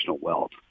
wealth